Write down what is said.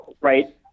right